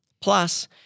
Plus